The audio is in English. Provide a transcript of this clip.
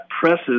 presses